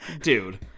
dude